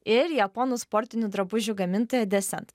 ir japonų sportinių drabužių gamintoją de sent